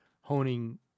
honing